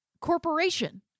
corporation